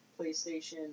PlayStation